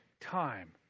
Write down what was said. time